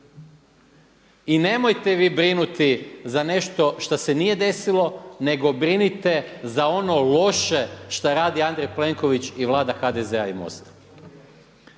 I nemojte vi brinuti za nešto šta se nije desilo nego brinite za ono loše šta radi Andrej Plenković i Vlada HDZ-a i MOST-a.